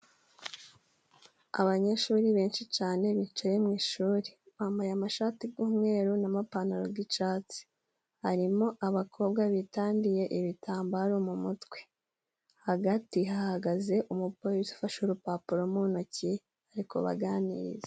Abanyeshuri benshi cyane bicaye mu ishuri, bambaye amashati y'umweru n'amapantaro y'icyatsi, harimo abakobwa bitandiye ibitambaro mu mutwe, hagati hahagaze umupolisi ufashe urupapuro mu ntoki ari kubaganiriza.